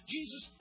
Jesus